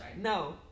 No